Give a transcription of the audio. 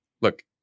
look